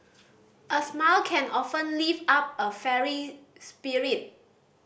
a smile can often lift up a fairy spirit